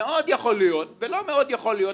מאוד יכול להיות ולא מאוד יכול להיות,